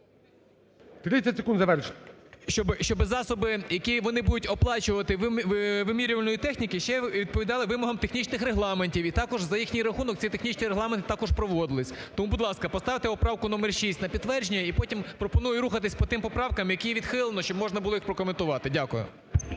30 секунд, завершіть.